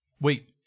Wait